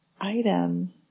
item